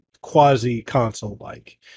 quasi-console-like